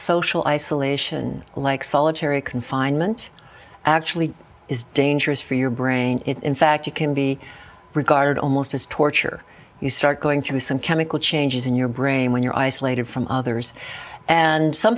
social isolation like solitary confinement actually is dangerous for your brain it in fact you can be regarded almost as torture you start going through some chemical changes in your brain when you're isolated from others and some